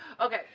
Okay